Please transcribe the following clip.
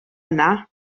yna